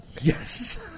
Yes